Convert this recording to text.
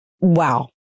wow